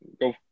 go